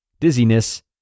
dizziness